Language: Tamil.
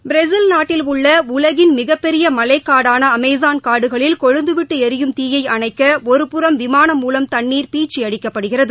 பிரேஸில் நாட்டில் உள்ள உலகின் மிக்பெரிய மலைக்காடான கொழுந்துவிட்டு ளியும் தீயை அணைக்க ஒருபுறம் விமானம் மூலம் தண்ணீர் பீய்ச்சி அடிக்கப்படுகிறது